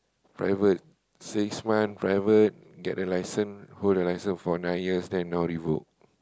private six month private get the license hold the license for nine years then now revoke